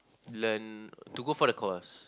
learn to go for the course